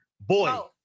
boy